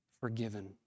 forgiven